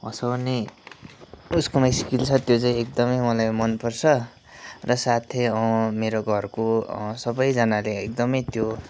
हँसाउने उसकोमा स्किल छ त्यो चाहिँ एकदमै मलाई मनपर्छ र साथै मेरो घरको सबैजनाले एकदमै त्यो